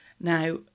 Now